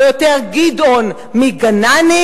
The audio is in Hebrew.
או יותר גדעון מגנני,